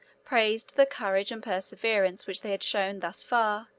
praised the courage and perseverance which they had shown thus far,